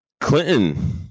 Clinton